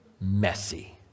messy